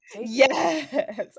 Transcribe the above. yes